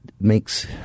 makes